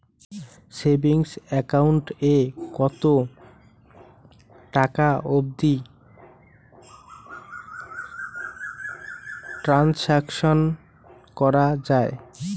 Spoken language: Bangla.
সেভিঙ্গস একাউন্ট এ কতো টাকা অবধি ট্রানসাকশান করা য়ায়?